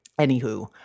anywho